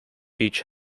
beach